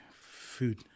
food